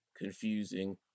confusing